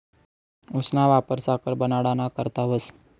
ऊसना वापर साखर बनाडाना करता व्हस